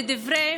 לדברי